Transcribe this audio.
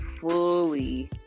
fully